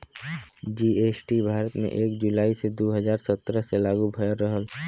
GST Bharat में एक जुलाई दू हजार सत्रह से लागू भयल रहल